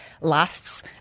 lasts